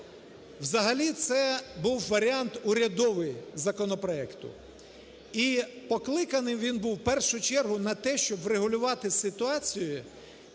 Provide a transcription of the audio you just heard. Взагалі це був варіант урядовий законопроекту, і покликаний він був в першу чергу на те, щоб врегулювати ситуацію